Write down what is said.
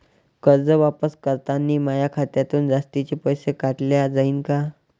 कर्ज वापस करतांनी माया खात्यातून जास्तीचे पैसे काटल्या जाईन का?